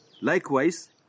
Likewise